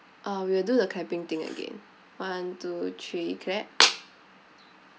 uh we will do the clapping thing again one two three clap